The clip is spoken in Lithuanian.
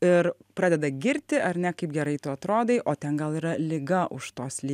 ir pradeda girti ar ne kaip gerai tu atrodai o ten gal yra liga už to sly